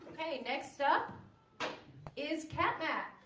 okay next up is cat-back